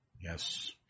Yes